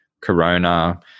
Corona